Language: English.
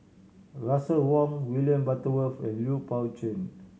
Russel Wong William Butterworth and Lui Pao Chuen